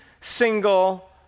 single